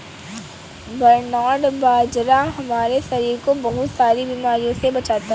barnyard बाजरा हमारे शरीर को बहुत सारी बीमारियों से बचाता है